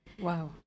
wow